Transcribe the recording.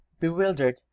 Bewildered